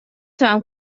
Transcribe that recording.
توانم